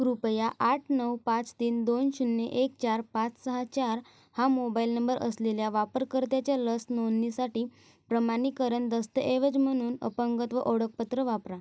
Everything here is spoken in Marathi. कृपया आठ नऊ पाच तीन दोन शून्य एक चार पाच सहा चार हा मोबाईल नंबर असलेल्या वापरकर्त्याच्या लस नोंदणीसाठी प्रमाणीकरण दस्तऐवज म्हणून अपंगत्व ओळखपत्र वापरा